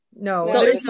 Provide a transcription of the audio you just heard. No